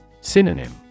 Synonym